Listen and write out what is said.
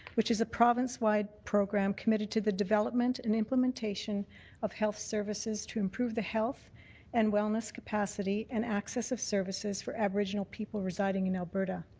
which is a provincewide program committed to the development and implementation of health services to improve the health and wellness capacity and access of services for aboriginal people residing in alberta.